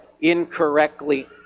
incorrectly